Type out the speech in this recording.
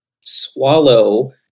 swallow